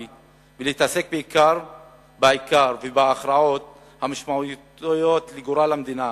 ולהתעסק בעיקר ובהכרעות המשמעותיות לגורל המדינה